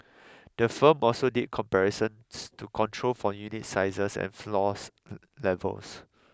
the firm also did comparisons to control for unit sizes and floor levels